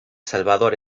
salvador